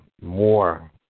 more